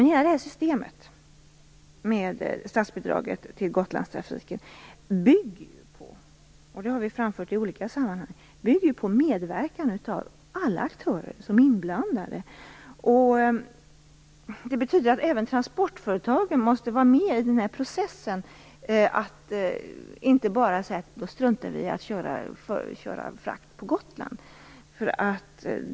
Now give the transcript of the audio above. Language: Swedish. Hela det här systemet med statsbidrag till Gotlandstrafiken bygger - det har vi framfört i olika sammanhang - på medverkan från alla inblandade aktörer. Det betyder att även transportföretagen måste vara med i processen. De kan inte bara säga: Vi struntar i att köra frakt på Gotland.